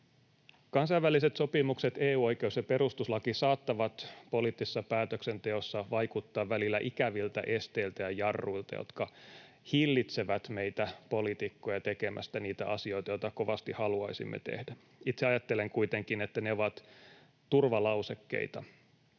Kansainväliset sopimukset, EU-oikeus ja perustuslaki saattavat poliittisessa päätöksenteossa vaikuttaa välillä ikäviltä esteiltä ja jarruilta, jotka hillitsevät meitä poliitikkoja tekemästä niitä asioita, joita kovasti haluaisimme tehdä. Itse ajattelen kuitenkin, että ne ovat turvalausekkeita,